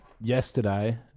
yesterday